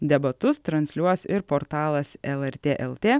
debatus transliuos ir portalas lrt lt